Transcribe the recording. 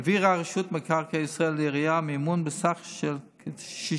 העבירה רשות מקרקעי ישראל לעירייה מימון בסך 69